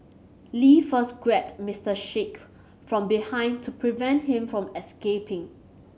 Lee first grabbed Mister Sheikh from behind to prevent him from escaping